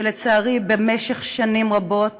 ולצערי, במשך שנים רבות